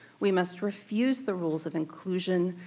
we must refuse the rules of inclusion,